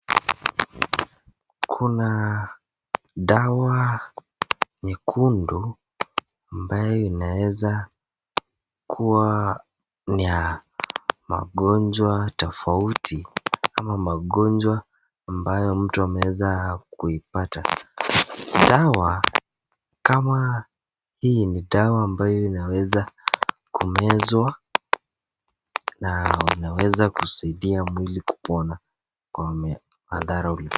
Kuna dawa nyekundu ambayo inaweza kuwa ni ya magonjwa tofauti ama magonjwa ambayo mtu ameweza kuipata. Dawa kama hii ni dawa ambayo inaweza kumezwa na inaweza kusaidia mwili kupona kwa madhara.